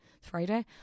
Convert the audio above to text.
Friday